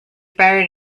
buried